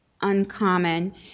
uncommon